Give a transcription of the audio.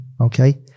Okay